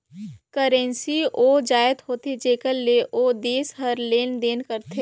currency ओ जाएत होथे जेकर ले ओ देस हर लेन देन करथे